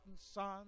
son